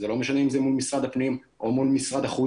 זה לא משנה אם זה מול משרד הפנים או מול משרד החוץ,